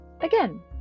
again